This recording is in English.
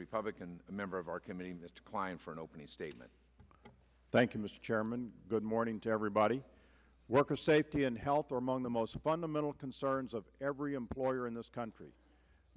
republican member of our committee mr kline for an opening statement thank you mr chairman good morning to everybody worker safety and health are among the most fundamental concerns of every employer in this country